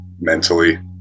mentally